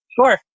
Sure